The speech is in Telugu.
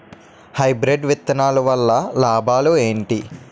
హైబ్రిడ్ విత్తనాలు వల్ల లాభాలు ఏంటి?